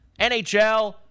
NHL